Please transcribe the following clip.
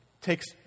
takes